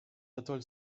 atoll